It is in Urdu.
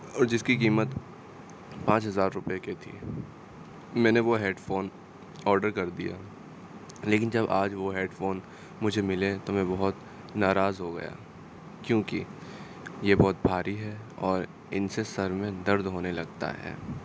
اور جس کی قیمت پانچ ہزار روپئے کے تھی میں نے وہ ہیڈ فون آڈر کر دیا لیکن جب وہ آج ہیڈ فون مجھے ملے تو میں بہت ناراض ہو گیا کیونکہ یہ بہت بھاری ہے اور ان سے سر میں درد ہونے لگتا ہے